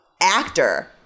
actor